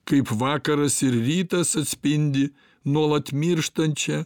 kaip vakaras ir rytas atspindi nuolat mirštančią